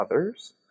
others